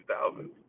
2000s